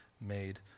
made